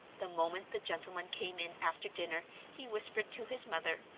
the moment the gentlemen came in after dinner he whispered to his mother,